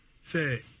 Say